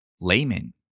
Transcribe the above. Layman